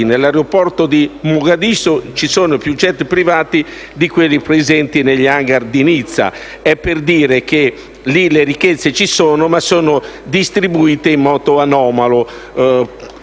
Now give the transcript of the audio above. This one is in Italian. nell'aeroporto di Mogadiscio ci sono più *jet* privati di quelli presenti negli *hangar* di Nizza. Ciò per dire che le ricchezze lì ci sono, ma sono distribuite in modo anomalo: